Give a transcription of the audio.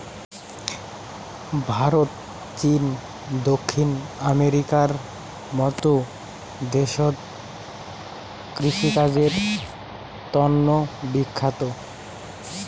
ভারত, চীন, দক্ষিণ আমেরিকার মত দেশত কৃষিকাজের তন্ন বিখ্যাত